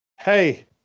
Hey